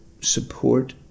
support